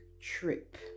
trip